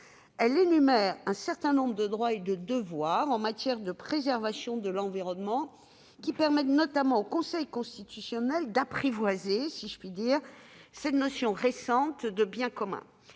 Elle énumère un certain nombre de droits et de devoirs en matière de préservation de l'environnement qui permettent notamment au Conseil constitutionnel d'apprivoiser cette notion récente de biens communs.